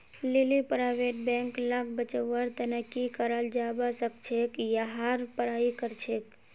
लीली private bank लाक बचव्वार तने की कराल जाबा सखछेक यहार पढ़ाई करछेक